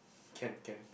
can can